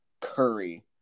Curry